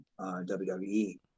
WWE